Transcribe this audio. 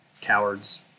cowards